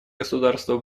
государства